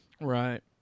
Right